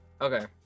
Okay